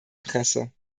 presse